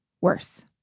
worse